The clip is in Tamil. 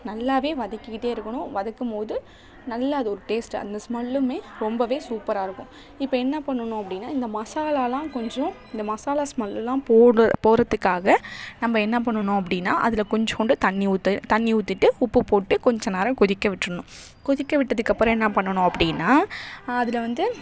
நல்லாவே வதக்கிக்கிட்டே இருக்கணும் வதக்கும்போது நல்லா அது ஒரு டேஸ்ட் அந்த ஸ்மெல்லுமே ரொம்பவே சூப்பராக இருக்கும் இப்போ என்ன பண்ணணும் அப்படின்னா இந்த மசாலா எல்லாம் கொஞ்சம் இந்த மாசாலா ஸ்மெல்லு எல்லாம் போகற போகறத்துக்காக நம்ப என்ன பண்ணணும் அப்படின்னா அதில் கொஞ்சோண்டு தண்ணி ஊற்று தண்ணி ஊற்றிட்டு உப்பு போட்டு கொஞ்ச நேரம் கொதிக்க விட்டுருணும் கொதிக்க விட்டதுக்கப்புறம் என்ன பண்ணணும் அப்படின்னா அதில் வந்து